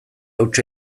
hutsa